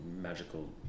magical